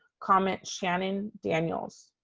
comment shannon daniels.